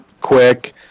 quick